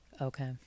Okay